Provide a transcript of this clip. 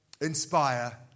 inspire